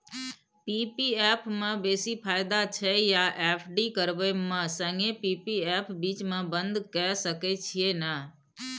P P F म बेसी फायदा छै या एफ.डी करबै म संगे पी.पी एफ बीच म बन्द के सके छियै न?